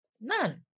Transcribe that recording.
None